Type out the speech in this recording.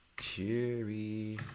Cheery